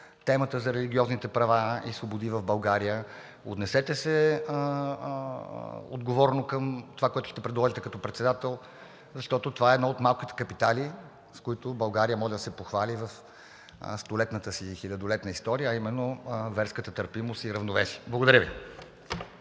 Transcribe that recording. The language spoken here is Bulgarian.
темата за религиозните права и свободи в България. Отнесете се отговорно към това, което ще предложите като председател, защото това е един от малкото капитали, с които България може да се похвали в столетната си, хилядолетна история, а именно верската търпимост и равновесие. Благодаря Ви.